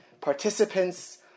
participants